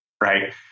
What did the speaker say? Right